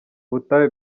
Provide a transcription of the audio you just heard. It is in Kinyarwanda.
butayu